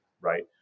right